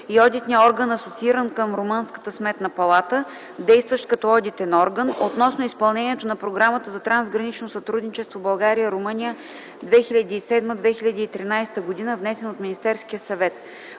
и Одитният орган (асоцииран към Румънската сметна палата), действащ като одитен орган, относно изпълнението на програмата за трансгранично сътрудничество България – Румъния (2007-2013 г.), подписан на